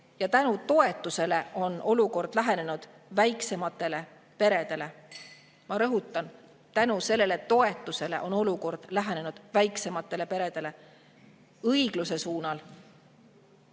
ja tänu toetusele on nende olukord lähenenud väiksematele peredele. Ma rõhutan: tänu sellele toetusele on nende olukord lähenenud väiksematele peredele õigluse suunal.